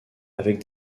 avec